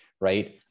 right